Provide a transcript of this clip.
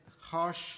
harsh